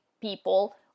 people